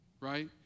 right